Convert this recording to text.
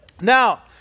now